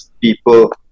people